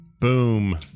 Boom